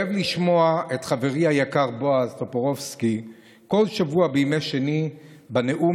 כואב לשמוע את חברי היקר בועז טופורובסקי בכל שבוע בימי שני בנאום